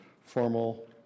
formal